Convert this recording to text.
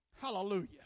Hallelujah